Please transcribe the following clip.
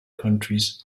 countries